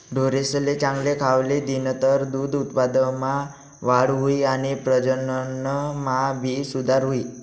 ढोरेसले चांगल खावले दिनतर दूध उत्पादनमा वाढ हुई आणि प्रजनन मा भी सुधार हुई